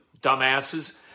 dumbasses